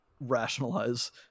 rationalize